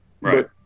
Right